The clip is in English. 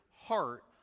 heart